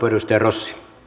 arvoisa herra